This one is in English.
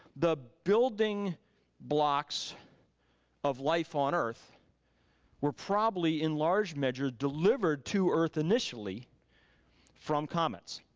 the building blocks of life on earth were probably in large measures delivered to earth initially from comets.